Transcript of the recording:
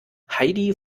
heidi